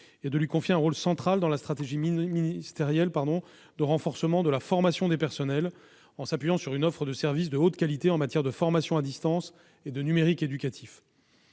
et lui confier un rôle central dans la stratégie ministérielle de renforcement de la formation des personnels en s'appuyant sur une offre de services de haute qualité en matière de formation à distance et de numérique éducatif.